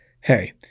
hey